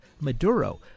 Maduro